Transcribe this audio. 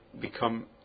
become